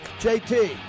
JT